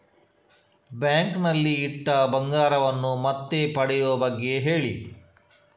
bank ನಲ್ಲಿ ಇಟ್ಟ ಬಂಗಾರವನ್ನು ಮತ್ತೆ ಪಡೆಯುವ ಬಗ್ಗೆ ಹೇಳಿ